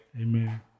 Amen